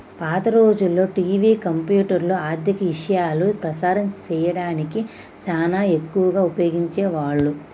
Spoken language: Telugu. పాత రోజుల్లో టివి, కంప్యూటర్లు, ఆర్ధిక ఇశయాలు ప్రసారం సేయడానికి సానా ఎక్కువగా ఉపయోగించే వాళ్ళు